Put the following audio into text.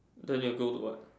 then you'll go to what